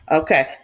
okay